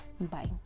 Bye